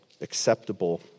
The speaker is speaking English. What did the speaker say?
acceptable